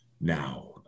now